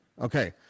Okay